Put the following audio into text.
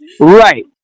right